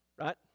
right